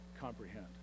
comprehend